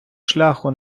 шляху